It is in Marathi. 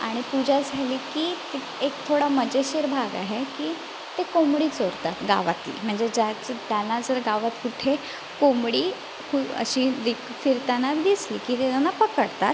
आणि पूजा झाली की एक थोडा मजेशीर भाग आहे की ते कोंबडी चोरतात गावातली म्हणजे ज्याची त्यांना जर गावात कुठे कोंबडी खु अशी दिख फिरताना दिसली की ते त्यांना पकडतात